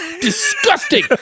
disgusting